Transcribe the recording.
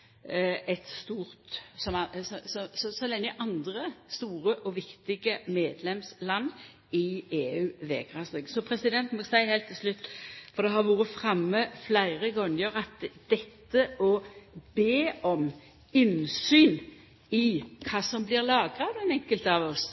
eit direktiv som dette så lenge andre store og viktige medlemsland i EU vegrar seg. Eg må seia heilt til slutt: Det har vore framme fleire gonger at det å be om innsyn i kva som blir lagra om den enkelte av oss,